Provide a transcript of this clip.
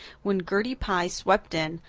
when gertie pye swept in,